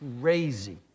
crazy